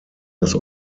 das